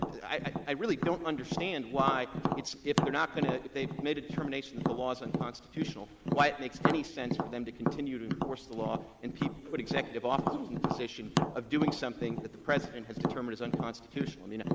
i i really don't understand why it's if they're not going to if they've made a determination that the law is unconstitutional, why it makes any sense for them to continue to enforce the law and put executive officers in the position of doing something that the president has determined is unconstitutional. i mean,